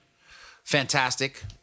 Fantastic